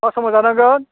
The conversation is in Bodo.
मा समाव जानांगोन